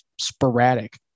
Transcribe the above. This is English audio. sporadic